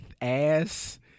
ass